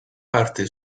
parte